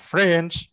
French